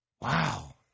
Wow